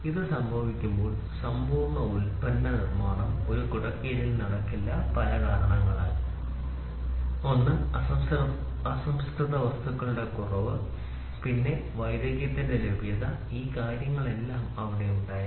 ഇത് സംഭവിക്കുമ്പോൾ സമ്പൂർണ്ണ ഉൽപന്ന നിർമ്മാണം ഒരു കുടക്കീഴിൽ നടക്കില്ല പല കാരണങ്ങളാൽ ഒന്ന് അസംസ്കൃത വസ്തുക്കളുടെ കുറവ് പിന്നെ വൈദഗ്ധ്യത്തിന്റെ ലഭ്യത ഈ കാര്യങ്ങളെല്ലാം അവിടെ ഉണ്ടായിരുന്നു